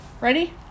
ready